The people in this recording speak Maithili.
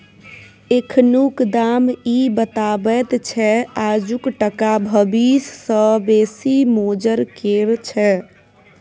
एखनुक दाम इ बताबैत छै आजुक टका भबिस सँ बेसी मोजर केर छै